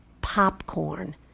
popcorn